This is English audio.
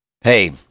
hey